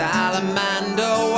Salamander